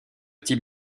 type